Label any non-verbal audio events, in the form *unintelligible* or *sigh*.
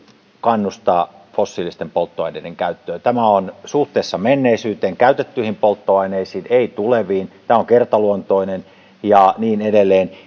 kannusta fossiilisten polttoaineiden käyttöön tämä on suhteessa menneisyyteen käytettyihin polttoaineisiin ei tuleviin tämä on kertaluontoinen ja niin edelleen *unintelligible*